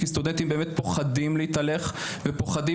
כי סטודנטים באמת פוחדים להתהלך ופוחדים